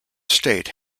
state